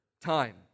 time